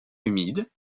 humide